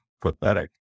pathetic